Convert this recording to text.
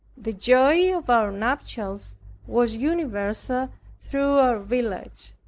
the joy of our nuptials was universal through our village.